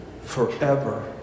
Forever